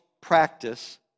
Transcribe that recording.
practice